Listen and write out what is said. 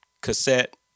cassette